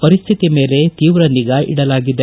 ಪರಿಸ್ತಿತಿ ಮೇಲೆ ತೀವ್ರ ನಿಗಾ ಇಡಲಾಗಿದೆ